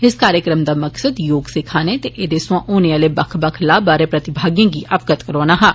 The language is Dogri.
इस कार्यक्रम दा मकसद योग सिक्खने ते एदे सोआं होने आले बक्ख बक्ख लाह बारै प्रतिभागिएं गी अवगत करोआना हा